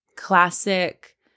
Classic